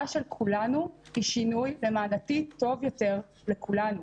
של כולנו היא שינוי למען עתיד טוב יותר לכולנו.